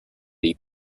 dei